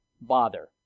bother